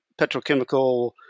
petrochemical